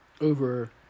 over